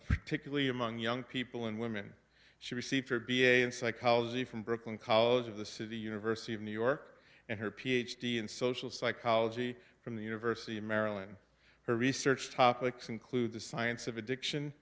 particularly among young people and women she received her b a in psychology from brooklyn college of the city university of new york and her ph d in social psychology from the university of maryland her research topics include the science of addiction